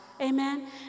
Amen